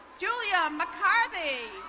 julia mccarthy.